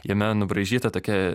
jame nubraižyta tokia